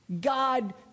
God